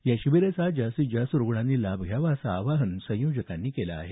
या शिबिराचा जास्तीत जास्त रुग्णांनी लाभ घेण्याचं आवाहन संयोजकांनी केलं आहे